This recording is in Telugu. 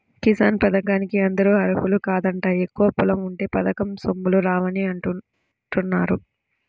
కిసాన్ పథకానికి అందరూ అర్హులు కాదంట, ఎక్కువ పొలం ఉంటే పథకం సొమ్ములు రావని అంటున్నారుగా